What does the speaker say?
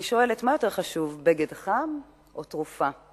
אני שואלת: מה יותר חשוב, בגד חם או תרופה?